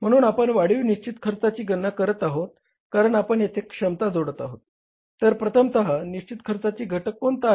म्हणून आपण वाढीव निश्चित खर्चाची गणना करत आहोत कारण आपण येथे क्षमता जोडत आहोत तर प्रथमतः निश्चित खर्चाचा घटक कोणता आहे